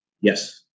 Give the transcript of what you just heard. Yes